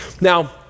Now